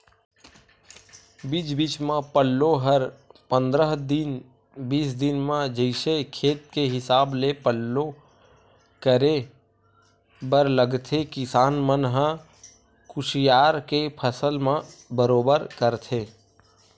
बीच बीच म पल्लो हर पंद्रह दिन बीस दिन म जइसे खेत के हिसाब ले पल्लो करे बर लगथे किसान मन ह कुसियार के फसल म बरोबर करथे